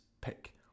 pick